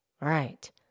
Right